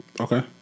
Okay